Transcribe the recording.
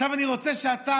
עכשיו אני רוצה שאתה,